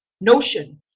notion